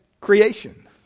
creation